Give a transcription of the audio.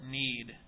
need